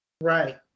Right